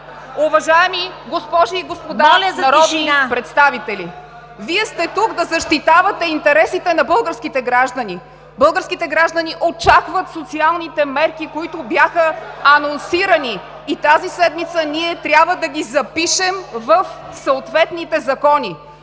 шум и реплики от „БСП за България“.) Вие сте тук да защитавате интересите на българските граждани. Българските граждани очакват социалните мерки, които бяха анонсирани, и тази седмица ние трябва да ги запишем в съответните закони.